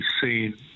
seen